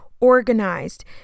Organized